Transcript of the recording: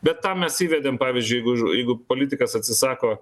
bet tam mes įvedėm pavyzdžiui jeigu jeigu politikas atsisako